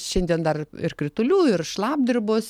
šiandien dar ir kritulių ir šlapdribos